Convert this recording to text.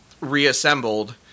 reassembled